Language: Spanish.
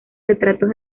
retratos